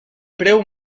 preu